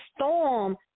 storm